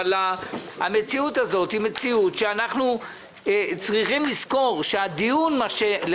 אבל המציאות הזאת היא מציאות שאנחנו צריכים לזכור - למשל,